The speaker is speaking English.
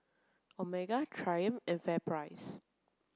Omega Triumph and FairPrice